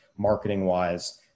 marketing-wise